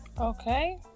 Okay